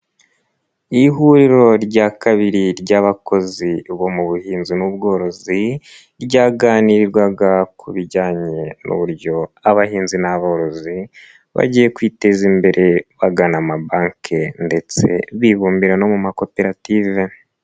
Ihuriro rya kabiri ry'abakozi bo mu buhinzi n'ubworozi ryaganirwaga ku bijyanye n'uburyo abahinzi n'aborozi bagiye kwiteza imbere bagana amabanki ndetse bibumbira no mu makoperative.